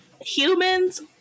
humans